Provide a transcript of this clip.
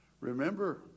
Remember